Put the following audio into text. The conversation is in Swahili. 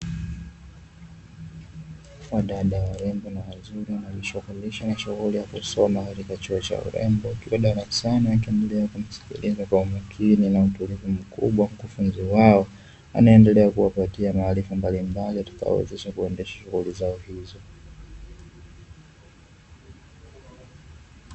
Wadada warembo na wazuri wanajishughulisha na shughuli ya kusoma katika chuo cha urembo, wakiwa darasani wakiendelea kumsikiliza kwa umakini na utulivu mkubwa mkufunzi wao anayeendelea kuwapatia maarifa mbalimbali yatakayowezesha kuendesha shughuli zao hizo.